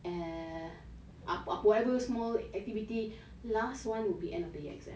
and apa-apa whatever small activity last one will be end of the year exam